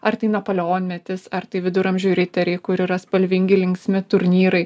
ar tai napoleonmetis ar tai viduramžių riteriai kur yra spalvingi linksmi turnyrai